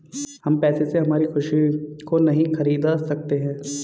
हम पैसे से हमारी खुशी को नहीं खरीदा सकते है